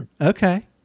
Okay